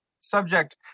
subject